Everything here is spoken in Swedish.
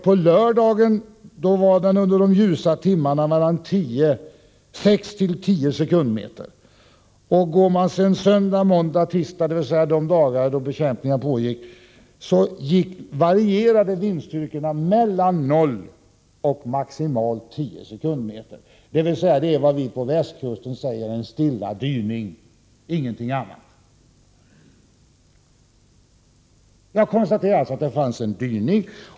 På lördagen var vindstyrkorna under de ljusa timmarna mellan 6 och 10 meter per sekund och på söndag, måndag och tisdag, de dagar då bekämpningen pågick, varierade vindstyrkan mellan 0 och maximalt 10 meter per sekund. Det är vad vi på västkusten kallar stilla dyning — ingenting annat. Jag konstaterar alltså att det fanns en dyning.